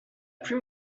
plus